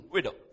Widow